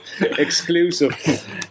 Exclusive